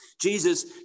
Jesus